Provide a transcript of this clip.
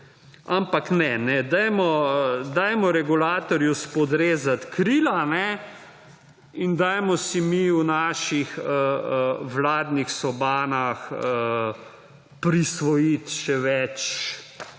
Ampak ne; dajmo regulatorju spodrezati krila in dajmo si mi v naših vladnih sobanah prisvojiti še več